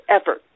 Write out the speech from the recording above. effort